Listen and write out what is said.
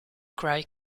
cry